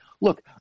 Look